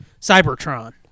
Cybertron